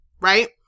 right